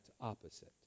opposite